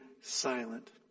silent